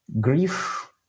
grief